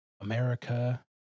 America